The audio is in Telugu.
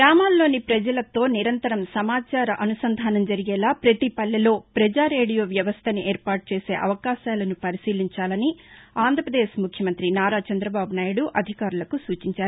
గ్రామాల్లోని ప్రజలతో నిరంతరం సమాచార అనుసంధానం జరిగేలా ప్రతి పల్లెలో ప్రజా రేడియో వ్యవస్థను ఏర్పాటుచేసే అవకాశాలను పరిశీలించాలని ఆంధ్రప్రదేశ్ ముఖ్యమంత్రి నారా చంద్రబాబునాయుడు అధికారులకు సూచించారు